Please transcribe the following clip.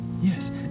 Yes